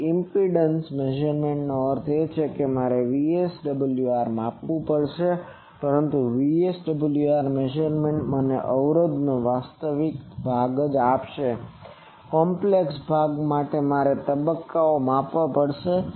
તેથી ઈમ્પીડંસ અવબાધ impedance મેઝરમેન્ટનો અર્થ છે કે મારે મારે VSWR ને માપવું પડશે પરંતુ VSWR મેઝરમેન્ટ મને અવરોધનો વાસ્તવિક ભાગ જ આપશે તે કોમ્પ્લેક્ષ જટિલcomplex ભાગ માટે મારે પણ આ તબક્કાને માપવા જોઈએ